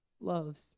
loves